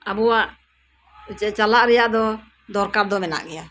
ᱟᱵᱚᱣᱟᱜ ᱪᱟᱞᱟᱜ ᱨᱮᱭᱟᱜ ᱫᱚ ᱫᱚᱨᱠᱟᱨ ᱫᱚ ᱢᱮᱱᱟᱜ ᱜᱮᱭᱟ